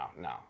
no